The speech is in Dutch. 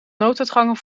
nooduitgangen